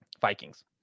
Vikings